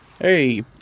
Hey